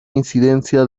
incidencia